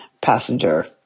passenger